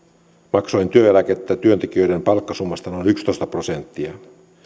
maksoin työeläkettä työntekijöiden palkkasummasta noin yksitoista prosenttia